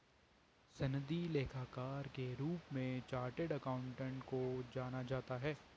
सनदी लेखाकार के रूप में चार्टेड अकाउंटेंट को जाना जाता है